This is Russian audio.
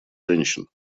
женщин